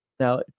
Now